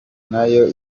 nayo